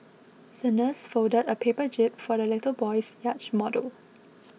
the nurse folded a paper jib for the little boy's yacht model